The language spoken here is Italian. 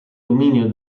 dominio